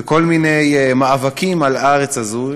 וכל מיני מאבקים על הארץ הזאת.